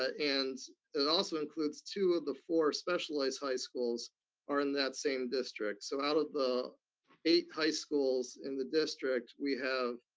and it also includes two of the four specialized high schools are in that same district, so out of the eight high schools in the district, we have